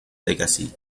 legacy